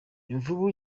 imvubu